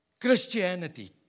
Christianity